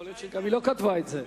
יכול להיות שהיא לא כתבה את זה.